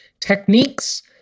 techniques